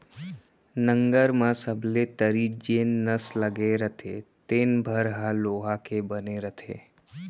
नंगर म सबले तरी जेन नस लगे रथे तेने भर ह लोहा के बने रथे